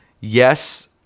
yes